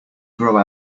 grow